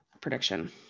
prediction